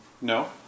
No